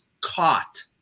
caught